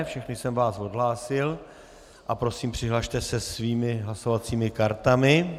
Všechny jsem vás odhlásil a prosím přihlaste se svými hlasovacími kartami.